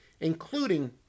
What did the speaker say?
including